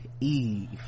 Eve